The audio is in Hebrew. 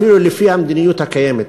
אפילו לפי המדיניות הקיימת,